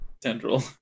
Tendril